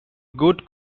good